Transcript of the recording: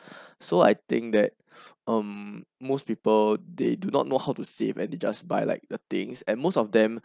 so I think that um most people they do not know how to save and they just buy like the things and most of them